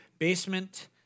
Basement